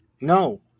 no